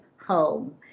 home